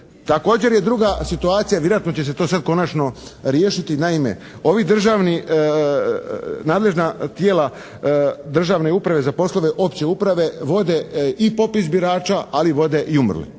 Također je druga situacija vjerojatno će se to sad konačno riješiti. Naime, ovi državni nadležna tijela državne uprave za poslove opće uprave vode i popis birača, ali vode i umrle